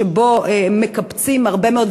שבו מקבצים הרבה מאוד,